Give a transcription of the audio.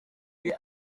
bwe